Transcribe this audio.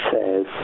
says